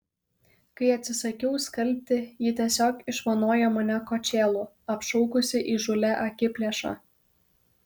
kai atsisakiau skalbti ji tiesiog išvanojo mane kočėlu apšaukusi įžūlia akiplėša